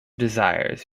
desires